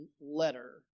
letter